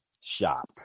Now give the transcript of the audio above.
shop